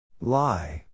Lie